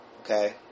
Okay